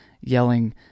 yelling